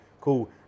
cool